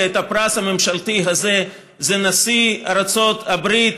את הפרס הממשלתי הזה זה נשיא ארצות הברית,